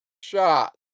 shot